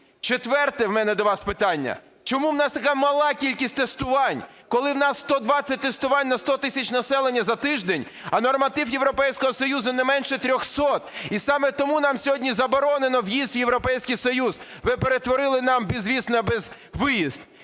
Четверте в мене до вас питання. Чому в нас така мала кількість тестувань? Коли в нас 120 тестувань на 100 тисяч населення за тиждень, а норматив Європейського Союзу – не менше 300. І саме тому нам сьогодні заборонено в'їзд в Європейський Союз, ви перетворили нам безвіз на безвиїзд.